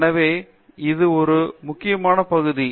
எனவே இது மற்றொரு முக்கியமான பகுதி